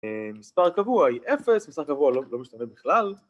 אה... מספר קבוע היא 0, מספר קבוע הוא לא משתנה בכלל